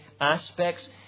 aspects